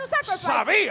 sabía